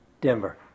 Denver